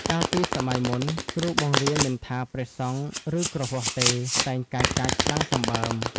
កាលពីសម័យមុន គ្រូបង្រៀនមិនថា ព្រះសង្ឃ ឬគ្រហស្ថទេ តែងកាចៗខ្លាំងសម្បើម ។